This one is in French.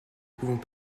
pouvons